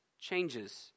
changes